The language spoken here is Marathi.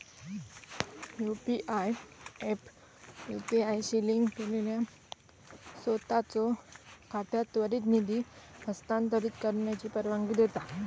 यू.पी.आय ऍप यू.पी.आय शी लिंक केलेल्या सोताचो खात्यात त्वरित निधी हस्तांतरित करण्याची परवानगी देता